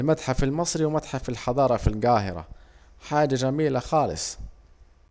المتحف المصري ومتحف الحضارة في الجاهرة، حاجة جميلة خالص